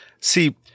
See